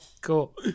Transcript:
Cool